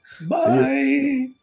Bye